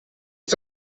ist